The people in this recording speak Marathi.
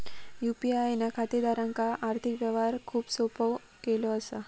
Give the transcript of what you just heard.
यू.पी.आय ना खातेदारांक आर्थिक व्यवहार खूप सोपो केलो असा